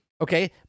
okay